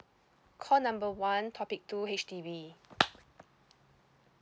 call number one topic two H_D_B